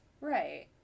right